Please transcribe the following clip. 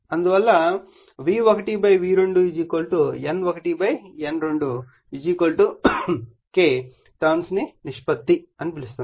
అందువల్ల V1 V2 N1 N2 K ను turns నిష్పత్తి అని పిలుస్తారు